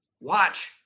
Watch